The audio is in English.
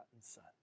Son